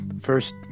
first